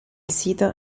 sito